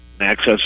access